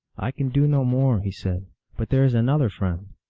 i can do no more, he said but there is another friend.